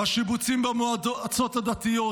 והשיבוצים במועצות הדתיות,